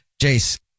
Jace